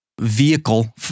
vehicle